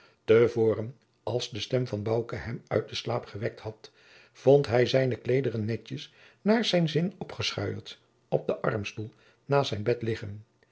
te voren als de stem van bouke hem uit den slaap gewekt had vond hij zijne kleederen netjes naar zijn zin opgeschuierd op den armstoel naast zijn bed liggen